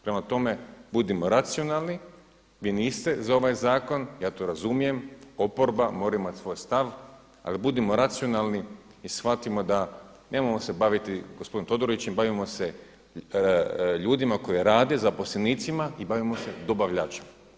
Prema tome, budimo racionalni, vi niste za ovaj zakon, ja to razumijem, oporba mora imati svoj stav, ali budimo racionalni i shvatimo da nemojmo se baviti gospodinom Todorićem, bavimo se ljudima koji rade, zaposlenicima i bavimo se dobavljačima.